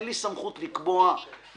אין לי סמכות לקבוע מי,